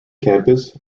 campus